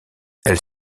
elle